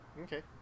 Okay